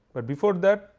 but before that,